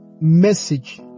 message